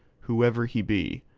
whoever he be,